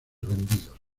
vendidos